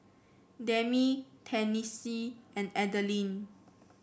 Demi Tennessee and Adeline